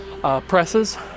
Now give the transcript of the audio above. presses